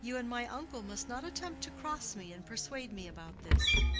you and my uncle must not attempt to cross me and persuade me about this.